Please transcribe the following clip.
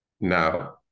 Now